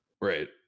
Right